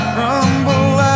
rumble